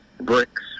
bricks